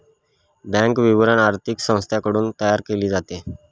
bank विवरण आर्थिक संस्थांकडून तयार केले जाते